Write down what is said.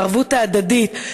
הערבות ההדדית.